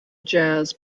jazz